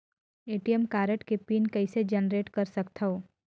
ATM card के PIN कइसे generate कर सकथव?